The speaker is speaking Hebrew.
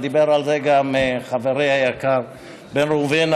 ודיבר על זה גם חברי היקר בן ראובן,